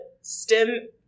stem